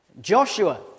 Joshua